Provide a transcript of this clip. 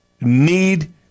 need